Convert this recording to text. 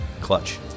Clutch